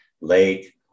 lake